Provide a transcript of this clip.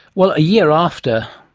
well, a year after,